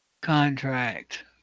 Contract